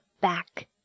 back